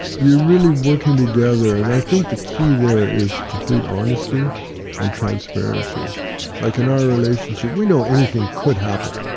you're really working together, and i think the key there is complete honesty and transparency yeah like in our relationship, we know anything could happen,